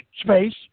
space